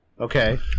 Okay